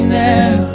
now